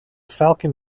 falcon